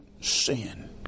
sin